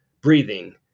breathing